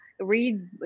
read